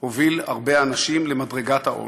הוביל הרבה אנשים למדרגת העוני.